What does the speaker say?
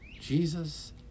Jesus